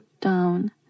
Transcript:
down